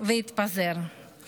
והתפזר במכה אחת.